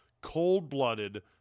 cold-blooded